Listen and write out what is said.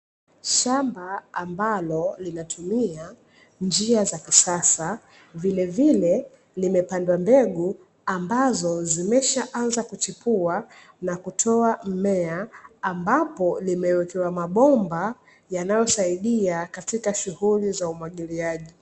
Shamba ambalo linatumia njia za kisasa, vilevile limepandwa mbegu ambazo zimeshaanza kuchipua na kutoa mmea, ambapo limewekewa mabomba yanayosaidia katika shughuli za umwagiliaji.